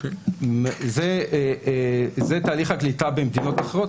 זה תהליך הקליטה במדינות אחרות.